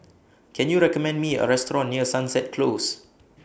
Can YOU recommend Me A Restaurant near Sunset Close